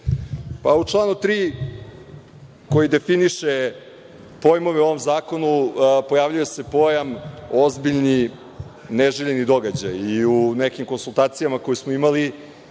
U članu 3, koji definiše pojmove u ovom zakonu, pojavljuje se pojam „ozbiljni, neželjeni događaji“. U nekim konsultacijama koje smo imali